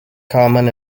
common